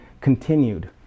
continued